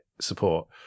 support